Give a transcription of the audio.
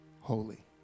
holy